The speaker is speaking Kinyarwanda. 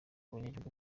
abanyagihugu